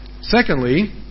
Secondly